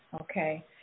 okay